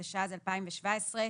התשע"ז-2017,